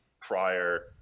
prior